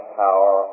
power